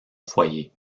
foyer